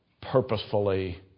purposefully